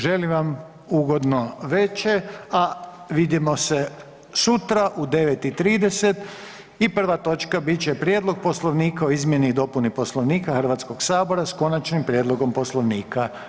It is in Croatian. Želim vam ugodno veče a vidimo se sutra u 9 i 30 i prva točka bit će Prijedlog Poslovnika o izmjeni i dopuni Poslovnika Hrvatskog sabora s konačnim prijedlogom Poslovnika.